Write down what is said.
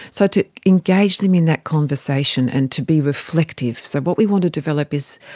so to engage them in that conversation and to be reflective. so what we want to develop is,